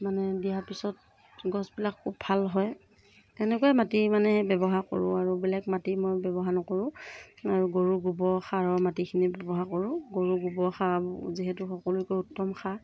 মানে দিয়াৰ পিছত গছবিলাক খুব ভাল হয় তেনেকুৱাই মাটি মানে ব্যৱহাৰ কৰোঁ আৰু বেলেগ মাতি মই ব্যৱহাৰ নকৰোঁ আৰু গৰু গোবৰ সাৰৰ মাটিখিনি ব্যৱহাৰ কৰোঁ গৰু গোবৰ সাৰৰ যিহেতু সকলোতকৈ উত্তম সাৰ